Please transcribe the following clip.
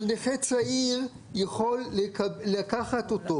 אבל נכה צעיר יכול לקחת אותו